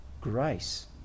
grace